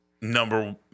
number